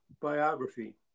biography